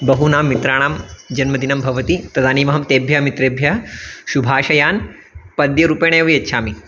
बहूनां मित्राणां जन्मदिनं भवति तदानीमहं तेभ्यः मित्रेभ्यः शुभाशयान् पद्यरूपेणैव यच्छामि